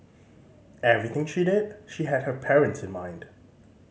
everything she did she had her parents in mind